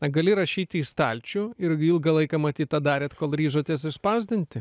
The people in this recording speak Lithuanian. na gali rašyti į stalčių ir ilgą laiką matyt tą darėt kol ryžotės išspausdinti